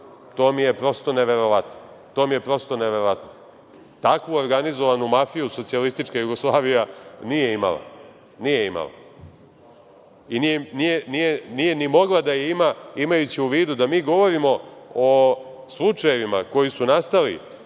to mi je prosto neverovatno. Takvu organizovanu mafiju Socijalistička Jugoslavija nije imala i nije ni mogla da ima, imajući u vidu da mi govorimo o slučajevima koji su nastali